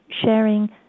sharing